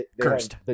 cursed